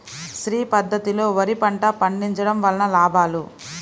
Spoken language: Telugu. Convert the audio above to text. శ్రీ పద్ధతిలో వరి పంట పండించడం వలన లాభాలు?